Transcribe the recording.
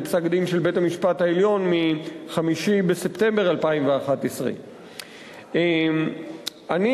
פסק-דין של בית-המשפט העליון מ-5 בספטמבר 2011. אני